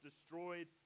destroyed